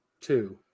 Two